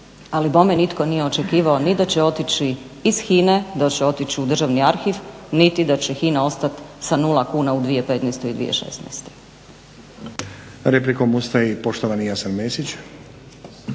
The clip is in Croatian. ali bome nitko nije očekivao ni da će otići iz HINA-e, da će otići u Državni arhiv, niti da će HINA ostat sa nula kuna u 2015. i 2016.